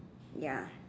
ya